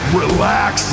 relax